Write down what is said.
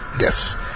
Yes